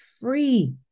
free